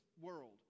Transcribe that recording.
world